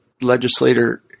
legislator